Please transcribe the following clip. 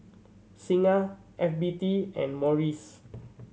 Singha F B T and Morries